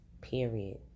Period